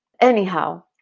Anyhow